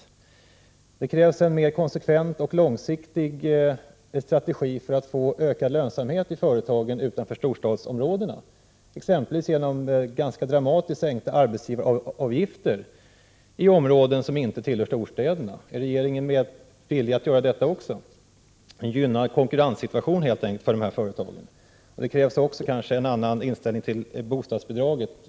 Vidare krävs det en mer konsekvent och långsiktig strategi för att få ökad lönsamhet i företagen utanför storstadsområdena, exempelvis genom ganska dramatiskt sänkta arbetsgivaravgifter i områden som inte tillhör storstäderna. Är regeringen villig att genomföra en sådan sänkning, en gynnad konkurrenssituation helt enkelt för de här företagen? Det krävs också en annan inställning till bostadsbidraget.